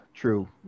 true